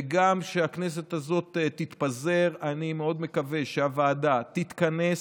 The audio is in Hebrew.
וגם כשהכנסת הזאת תתפזר אני מאוד מקווה שהוועדה תתכנס,